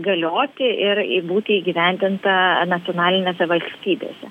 galioti ir būti įgyvendinta nacionalinėse valstybėse